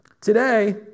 Today